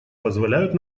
позволяют